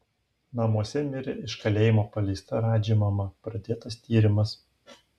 namuose mirė iš kalėjimo paleista radži mama pradėtas tyrimas